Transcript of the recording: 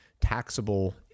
taxable